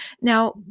Now